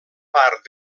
part